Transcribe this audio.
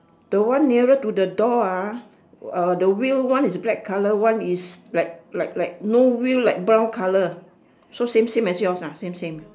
the one nearer to the door ah the wheel one is black colour one is like like like no wheel like brown colour so same same as yours ah same same